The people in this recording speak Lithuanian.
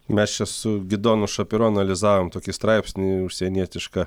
mes čia su gidonu šopiro analizavom tokį straipsnį užsienietišką